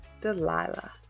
Delilah